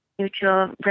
Mutual